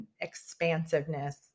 expansiveness